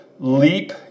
leap